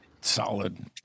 Solid